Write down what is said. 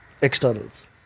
Externals